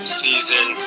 season